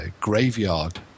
graveyard